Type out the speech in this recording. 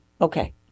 Okay